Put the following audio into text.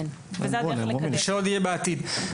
ושעוד יהיה בעתיד.